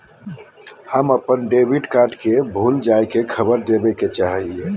हम अप्पन debit card के भुला जाये के खबर देवे चाहे हियो